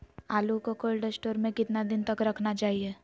आलू को cold store में कितना दिन तक रखना चाहिए?